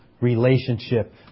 relationship